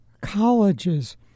colleges